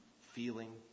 feeling